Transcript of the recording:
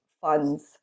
funds